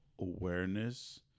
awareness